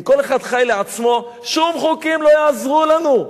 אם כל אחד חי לעצמו, שום חוקים לא יעזרו לנו.